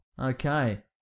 okay